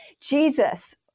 jesus